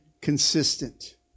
consistent